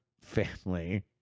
family